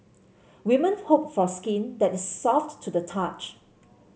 women hope for skin that is soft to the touch